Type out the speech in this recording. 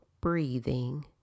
breathing